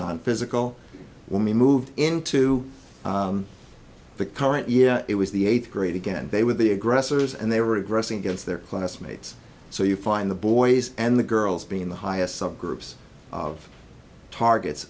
nonphysical when we moved into the current year it was the eighth grade again they were the aggressors and they were aggressive against their classmates so you find the boys and the girls being the highest subgroups of targets